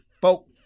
Folk